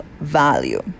value